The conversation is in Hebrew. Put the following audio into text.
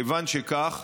כיוון שכך,